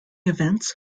events